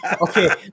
Okay